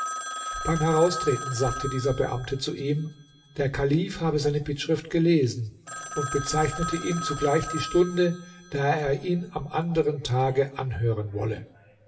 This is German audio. beim heraustreten sagte dieser beamte zu ihm der kalif habe seine bittschrift gelesen und bezeichnete ihm zugleich die stunde da er ihn am anderen tage anhören wolle